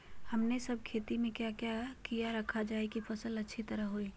हमने सब खेती में क्या क्या किया रखा जाए की फसल अच्छी तरह होई?